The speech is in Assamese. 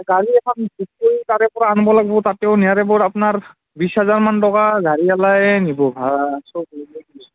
গাড়ী এখন গোটেই তাৰেপৰা আনব লাগব তাতেও নিয়াৰ এবভ আপোনাৰ বিছ হাজাৰমান টকা গাড়ীৱালাই নিব ভাড়া চ' সেইটো ভাবি আছোঁ